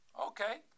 Okay